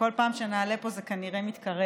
ובכל פעם שנעלה לפה זה כנראה מתקרב,